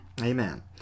Amen